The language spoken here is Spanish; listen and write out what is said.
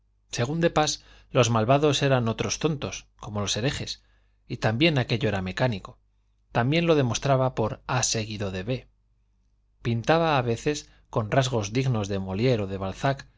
según de pas los malvados eran otros tontos como los herejes y también aquello era mecánico también lo demostraba por ab pintaba a veces con rasgos dignos de